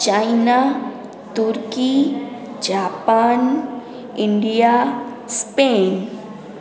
China turkey Japan India Spain